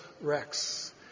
Rex